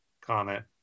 comment